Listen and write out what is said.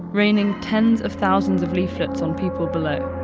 raining tens of thousands of leaflets on people below.